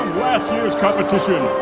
last year's competition,